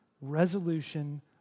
resolution